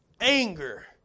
anger